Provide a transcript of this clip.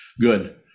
Good